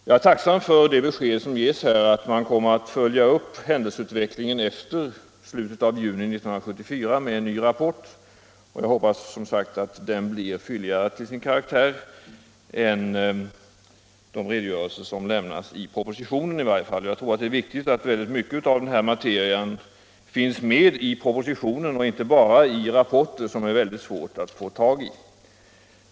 Jag är tacksam för det besked som nu lämnats, att man med en ny rapport kommer att följa upp händelseutvecklingen efter slutet av juni 1974, och jag hoppas att den rapporten blir fylligare till sin karaktär än i varje fall de redogörelser som lämnas i propositionen. Det är viktigt att mycket av denna materia finns med i underlaget för riksdagens kommande beslut, inte bara i rapporter som är svåra att få tag i.